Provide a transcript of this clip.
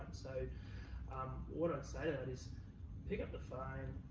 so what i'd say to that is pick up the phone,